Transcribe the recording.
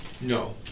No